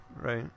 right